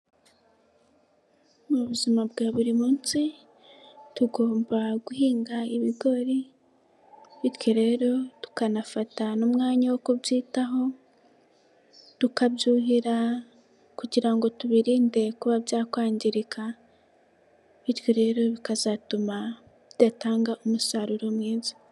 Mu buzima bwa buri munsi tugomba guhinga ibigori, bityo rero tukanafata n'umwanya wo kubyitaho tukabyuhira, kugira ngo tubirinde kuba byakwangirika bityo rero bikazatuma bidatanga umusaruro mwiza.